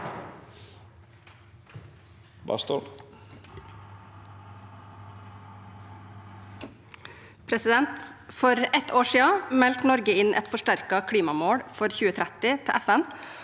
sa- ken): For ett år siden meldte Norge inn et forsterket klimamål for 2030 til FN,